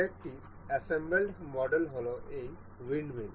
আরেকটি assembled model হল এই উইন্ডমিল